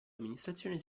amministrazione